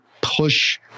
Push